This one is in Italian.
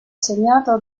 segnato